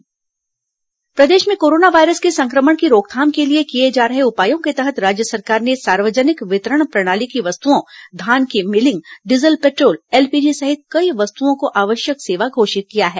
corona आवश्यक सेवा प्रदेश में कोरोना वायरस के संक्रमण की रोकथाम के लिए किए जा रहे उपायों के तहत राज्य सरकार ने सार्वजनिक वितरण प्रणाली की वस्तुओं धान की मीलिंग डीजल पेट्रोल एलपीजी सहित कई वस्तुओं को आवश्यक सेवा घोषित किया है